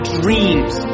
dreams